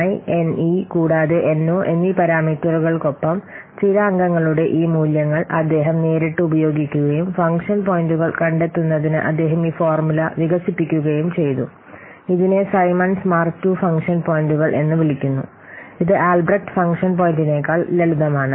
Ni Ne കൂടാതെ No എന്നീ പരാമീറ്ററുകൾക്കൊപ്പം സ്ഥിരാങ്കങ്ങളുടെ ഈ മൂല്യങ്ങൾ അദ്ദേഹം നേരിട്ട് ഉപയോഗിക്കുകയും ഫംഗ്ഷൻ പോയിന്റുകൾ കണ്ടെത്തുന്നതിന് അദ്ദേഹം ഈ ഫോർമുല വികസിപ്പിക്കുകയും ചെയ്തു ഇതിനെ സൈമൺസ് മാർക്ക് II ഫംഗ്ഷൻ പോയിന്റുകൾ എന്ന് വിളിക്കുന്നു ഇത് ആൽബ്രെക്റ്റ് ഫംഗ്ഷൻ പോയിന്റിനേക്കാൾ ലളിതമാണ്